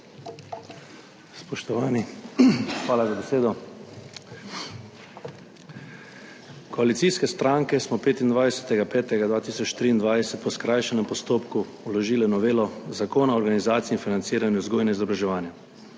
Spoštovani, hvala za besedo. Koalicijske stranke smo 25. 5. 2023 po skrajšanem postopku vložile novelo Zakona o organizaciji in financiranju vzgoje in izobraževanja.